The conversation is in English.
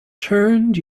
turned